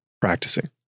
practicing